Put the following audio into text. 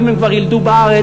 ואם הם כבר ילדו בארץ,